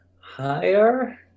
higher